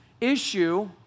issue